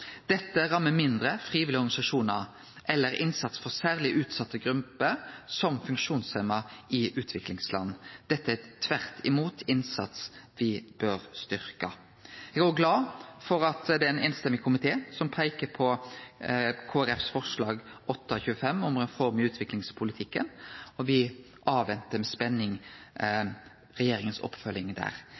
Dette kan ramme mindre frivillige organisasjonar, eller innsats for særleg utsette grupper, som funksjonshemma i utviklingsland. Dette er tvert imot innsats me bør styrkje. Eg er òg glad for at det er ein samrøystes komité som peiker på Kristeleg Folkeparti sitt Dokument 8:25 S for 2016–2017, om reform av utviklingspolitikken. Me ventar med spenning på regjeringas oppfølging der.